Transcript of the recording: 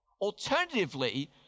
Alternatively